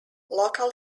local